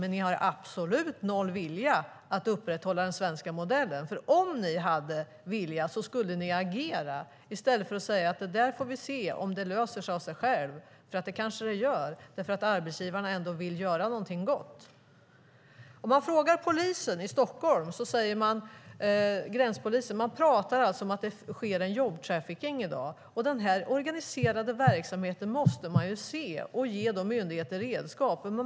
Men ni har absolut noll vilja att upprätthålla den svenska modellen. Om ni hade vilja skulle ni agera i stället för att säga: Vi får se om det löser sig av sig självt. Det kanske det gör, eftersom arbetsgivarna ändå vill göra någonting gott. Man kan fråga gränspolisen i Stockholm. De pratar alltså om att det sker en jobbtrafficking i dag. Den här organiserade verksamheten måste man se och då ge myndigheter redskap.